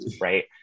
right